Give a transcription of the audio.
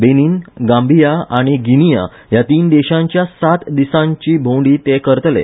बेनीन गांभीया आनी गिनीया ह्या तीन देशांच्या सात दिसांची भोंवडी ते करतले